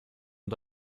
und